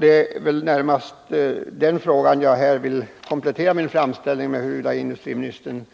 Det är väl närmast den frågan som jag här vill komplettera min framställning med: Är industriministern